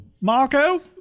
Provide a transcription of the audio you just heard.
Marco